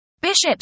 Bishops